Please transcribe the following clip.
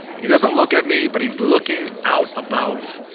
he doesn't look at me but he's looking out about,